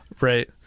Right